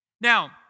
Now